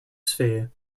sphere